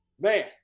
Man